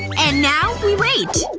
and now, we wait.